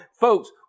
Folks